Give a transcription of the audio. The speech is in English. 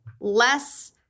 less